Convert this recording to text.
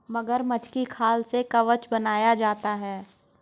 मगरमच्छ की खाल से कवच बनाया जाता है